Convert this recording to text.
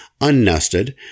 unnested